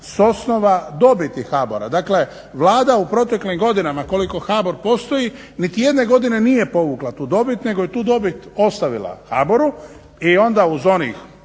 s osnova dobiti HBOR-a. Dakle Vlada u proteklim godinama koliko HBOR postoji niti jedne godine nije povukla tu dobit nego je tu dobit ostavila HBOR-u i onda uz onih